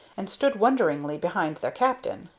and stood wonderingly behind their captain.